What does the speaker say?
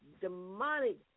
demonic